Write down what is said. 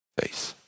face